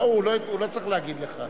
לא, הוא לא צריך להגיד לך.